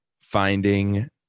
finding